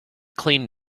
clean